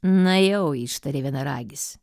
na jau ištarė vienaragis